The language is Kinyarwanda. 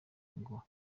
ngo